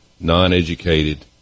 non-educated